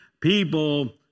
people